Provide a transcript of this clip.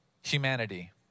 humanity